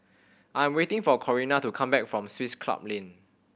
I am waiting for Corrina to come back from Swiss Club Lane